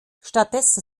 stattdessen